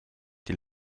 die